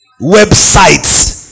websites